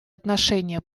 отношения